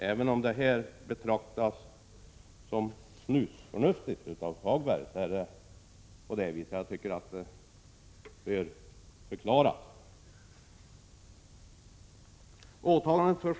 Även om det här resonemanget betraktas som snusförnuftigt av Lars-Ove Hagberg, är det på detta vis, vilket jag tycker bör förklaras.